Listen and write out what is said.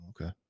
okay